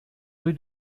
rue